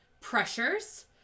pressures